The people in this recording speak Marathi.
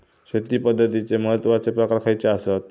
शेती पद्धतीचे महत्वाचे प्रकार खयचे आसत?